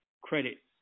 credit